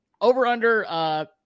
over-under